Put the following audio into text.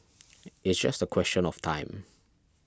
it's just a question of time